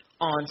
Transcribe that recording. on